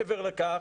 מעבר לכך,